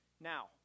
Now